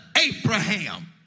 Abraham